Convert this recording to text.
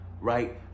right